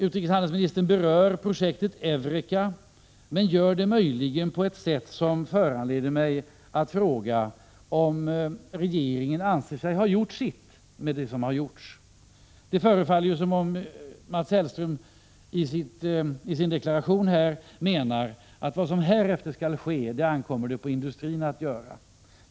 Utrikeshandelsministern berör projektet EUREKA, men han gör det möjligen på ett sätt som föranleder mig att fråga om regeringen anser sig ha gjort sitt. Det förefaller ju som om Mats Hellström i sin deklaration menar att vad som härefter skall ske det ankommer på industrin att göra.